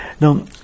Now